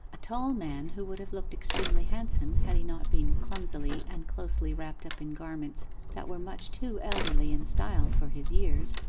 a tall man who would have looked extremely handsome had he not been clumsily and closely wrapped up in garments that were much too elderly in style for his years,